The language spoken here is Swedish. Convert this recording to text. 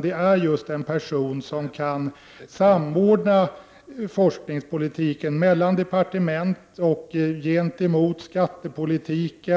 Det är just en person som kan samordna mellan departement och gentemot skattepolitik,